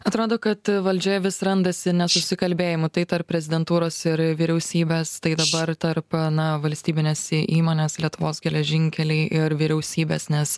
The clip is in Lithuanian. atrodo kad valdžioje vis randasi nesusikalbėjimų tai tarp prezidentūros ir vyriausybės tai dabar tarp na valstybinės įmonės lietuvos geležinkeliai ir vyriausybės nes